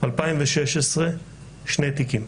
2016 שני תיקים.